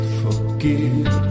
forgive